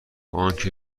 آنکه